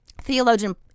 Theologian